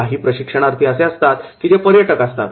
काही प्रशिक्षणार्थी असे असतील की जे पर्यटक असतील